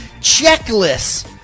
checklists